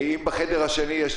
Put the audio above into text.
האם בחדר השני יש